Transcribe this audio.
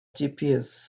gps